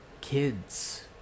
kids